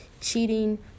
cheating